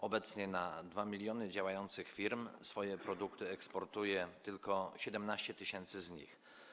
Obecnie na 2 mln działających firm swoje produkty eksportuje tylko 17 tys. z nich.